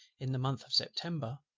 in the month of september,